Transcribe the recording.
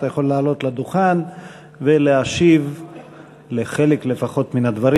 אתה יכול לעלות לדוכן ולהשיב לפחות לחלק מן הדברים